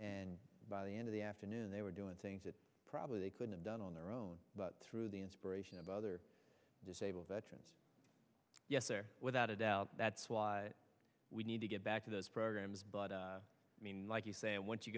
and by the end of the afternoon they were doing things that probably they could have done on their own but through the inspiration of other disabled veterans yes there without a doubt that's why we need to get back to those programs but i mean like you say once you